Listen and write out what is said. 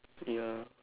ya